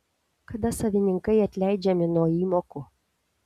kada savininkai atleidžiami nuo įmokų